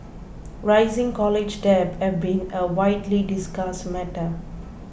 rising college debt have been a widely discussed matter